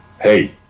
Hey